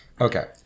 Okay